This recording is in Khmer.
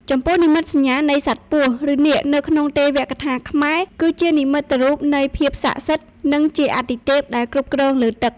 ចំពោះនិមិត្តសញ្ញានៃ សត្វពស់ ឬនាគនៅក្នុងទេវកថាខ្មែរ គឺជានិមិត្តរូបនៃភាពស័ក្តិសិទ្ធិ និងជាអាទិទេពដែលគ្រប់គ្រងលើទឹក។